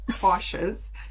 cautious